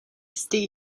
stay